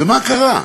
מה קרה?